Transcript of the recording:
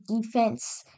defense